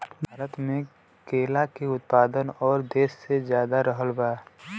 भारत मे केला के उत्पादन और देशो से ज्यादा रहल बा